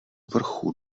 vrchu